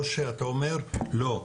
או שאתה אומר לא,